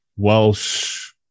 Welsh